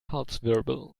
halswirbel